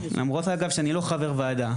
למרות שאני לא חבר ועדה.